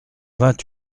vingt